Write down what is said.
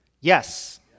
yes